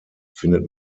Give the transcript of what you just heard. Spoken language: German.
findet